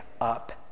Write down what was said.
up